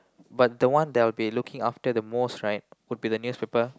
but the one that I will be looking forward to the most right would be the newspaper